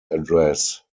address